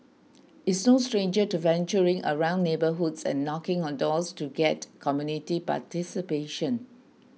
is no stranger to venturing around neighbourhoods and knocking on doors to get community participation